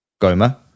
Goma